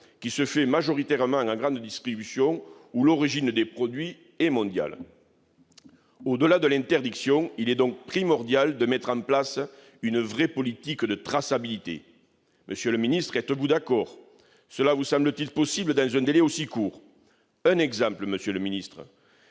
qui passe majoritairement par la grande distribution, et où l'origine des produits est mondiale. Au-delà de l'interdiction, il est donc primordial de mettre en place une véritable politique de traçabilité. Monsieur le ministre, êtes-vous d'accord ? Cela vous semble-t-il possible dans un délai aussi court ? Par exemple, qui assurera